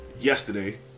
yesterday